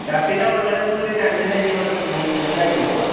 ഷർട്ടിൻ്റെ ഉള്ളതിൽ നിന്ന് ഒരു രണ്ട് സെൻ്റീമീറ്ററ് വലുതാക്കി അടിച്ചോ